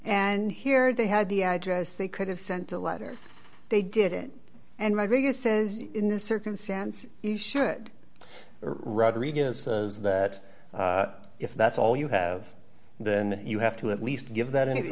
and here they had the address they could have sent a letter they did it and my biggest says in this circumstance he should rodriguez says that if that's all you have then you have to at least give that any of th